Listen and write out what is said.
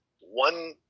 one